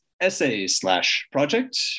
essay-slash-project